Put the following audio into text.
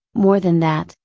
more than that,